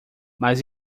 mas